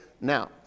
Now